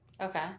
Okay